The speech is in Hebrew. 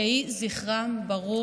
יהי זכרם ברוך.